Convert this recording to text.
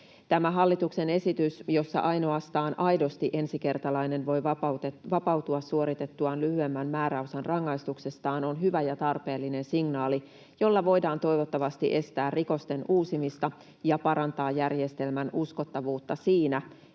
hallituksen esitys, jossa ainoastaan aidosti ensikertalainen voi vapautua suoritettuaan lyhyemmän määräosan rangaistuksestaan, on hyvä ja tarpeellinen signaali, jolla voidaan toivottavasti estää rikosten uusimista ja parantaa järjestelmän uskottavuutta niin,